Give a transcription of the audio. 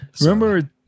Remember